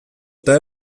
eta